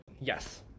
Yes